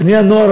בני-הנוער,